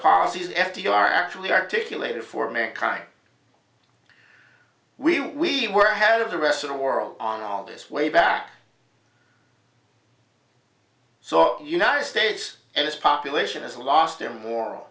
policies f d r actually articulated for mankind we were ahead of the rest of the world on all this way back so united states and its population has lost their moral